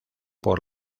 por